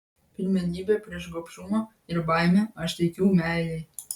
pirmenybę prieš gobšumą ir baimę aš teikiu meilei